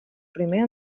primer